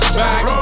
back